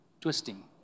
twisting